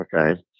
Okay